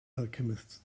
alchemist